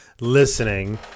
listening